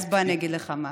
אז בוא אני אגיד לך מה.